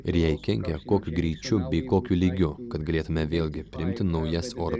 ir jei kenkia kokiu greičiu bei kokiu lygiu kad galėtume vėlgi priimti naujas oro